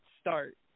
start